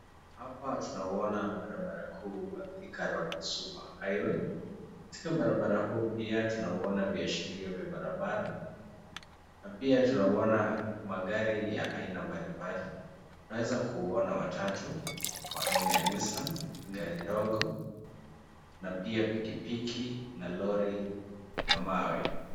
Hapa tunauona barabara kuu wa Thikaroad super highway. Katika barabara huu pia tunauona viashiria vya barabara na pia tunauona magari ya aina mbalimbali. Tunaweza kuuona watatu wa aina ya nissan, gari ndogo na pia pikipiki na lori ya mawe.